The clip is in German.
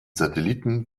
satelliten